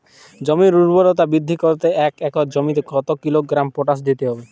জমির ঊর্বরতা বৃদ্ধি করতে এক একর জমিতে কত কিলোগ্রাম পটাশ দিতে হবে?